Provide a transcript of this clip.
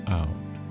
out